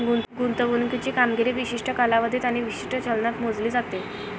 गुंतवणुकीची कामगिरी विशिष्ट कालावधीत आणि विशिष्ट चलनात मोजली जाते